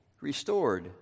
restored